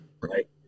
right